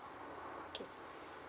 okay